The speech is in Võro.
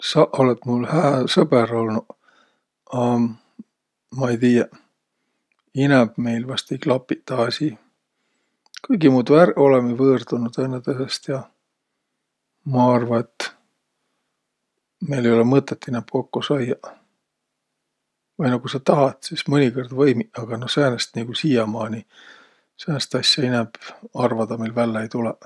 Saq olõt mul hää sõbõr olnuq, a ma ei tiiäq, inämb meil vaest ei klapiq taa asi. Kuigimuudu ärq olõmiq võõrdunuq tõõnõtõõsõst ja ma arva, et meil ei olõq mõtõt inämb kokko saiaq. Vai no ku sa tahat, sis mõnikõrd võimiq, aga no säänest nigu siiäqmaaniq, säänest asja inämb arvadaq meil vällä ei tulõq.